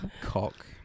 cock